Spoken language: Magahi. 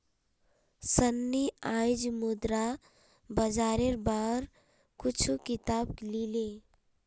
सन्नी आईज मुद्रा बाजारेर बार कुछू किताब ली ले